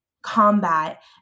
combat